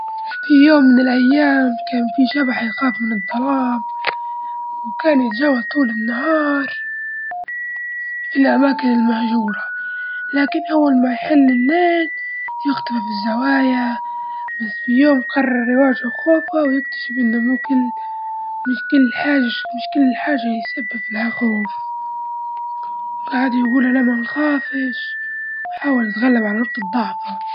في يوم من الأيام ، كان في شبح يخاف من الظلام، وكان يتجول طول النهار في الأماكن المهجورة، لكن أول ما يحل الليل يختفي في الزوايا، بس في يوم قرر يواجه خوفه ويكتشف إنه ممكن مش كل حاجة مش كل حاجة يسبب له خوف وجعد يجول أنا منخافش وحاول يتغلب على نقطة ضعفه.